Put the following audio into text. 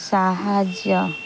ସାହାଯ୍ୟ